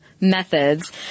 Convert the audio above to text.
methods